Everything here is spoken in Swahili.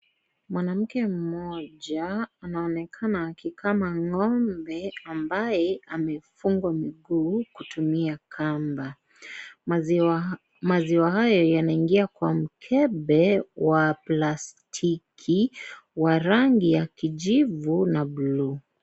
Mwanamke mmoja anaonekana akikama ngo'mbe ambaye amefungwa miguu kutumia kamba . Maziwa haya yanaingia kwa mkebe wa plastki, wa rangi ya kijivu na bluu.